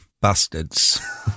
bastards